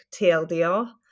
TLDR